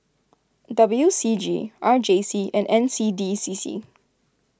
W C G R J C and N C D C C